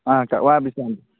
ꯑꯥ ꯀꯛꯋꯥ ꯕꯤꯁꯥꯜꯒꯤ